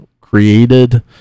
created